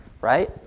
right